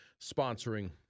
sponsoring